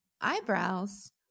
eyebrows